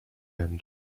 end